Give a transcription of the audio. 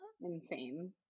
insane